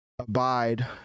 abide